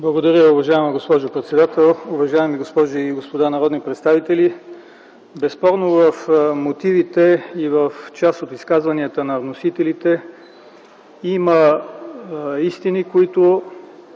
Благодаря. Уважаема госпожо председател, уважаеми госпожи и господа народни представители! Безспорно в мотивите и в част от изказванията на вносителите има истини, които